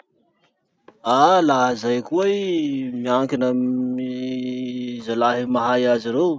Ah laha zay koa i, miankina amy zalahy mahay azy reo.